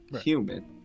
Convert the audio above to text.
human